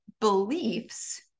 beliefs